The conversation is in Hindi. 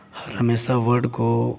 हर हमेशा वर्ड को